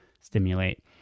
stimulate